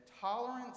tolerance